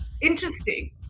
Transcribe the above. interesting